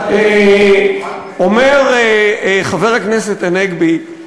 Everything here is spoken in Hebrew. אומר חבר הכנסת הנגבי,